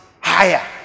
higher